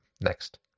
next